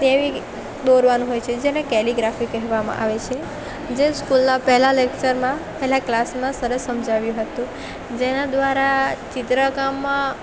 તેવી દોરવાનું હોય છે જેને કેલિગ્રાફી કહેવામાં આવે છે જે સ્કૂલના પહેલાં લેક્ચરમાં પહેલાં ક્લાસમાં સરસ સમજાવ્યું હતું જેના દ્વારા ચિત્રકામમાં